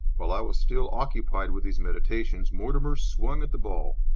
while i was still occupied with these meditations mortimer swung at the ball.